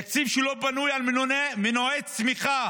תקציב שלא בנוי על מנועי צמיחה